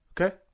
Okay